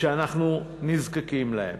שאנחנו נזקקים להם.